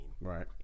right